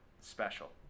special